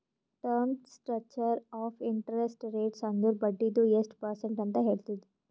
term structure of interest rates ಅಂದುರ್ ಬಡ್ಡಿದು ಎಸ್ಟ್ ಪರ್ಸೆಂಟ್ ಅಂತ್ ಹೇಳ್ತುದ್